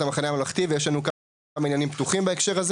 "המחנה הממלכתי" ויש לנו כמה עניינים פתוחים בעניין הזה,